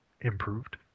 improved